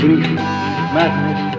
Madness